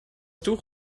tuch